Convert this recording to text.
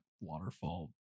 waterfall